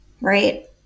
right